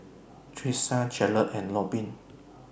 Trisha Jarred and Robyn